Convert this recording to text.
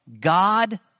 God